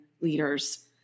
leaders